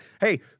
hey